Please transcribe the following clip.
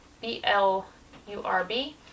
B-L-U-R-B